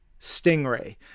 Stingray